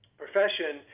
profession